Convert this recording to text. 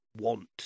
want